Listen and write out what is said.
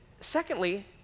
secondly